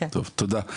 תודה.